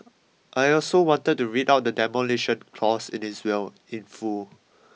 I also wanted to read out the Demolition Clause in his will in full